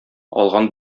алган